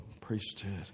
priesthood